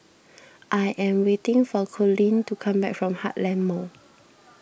I am waiting for Coleen to come back from Heartland Mall